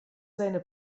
seine